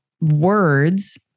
words